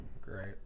Great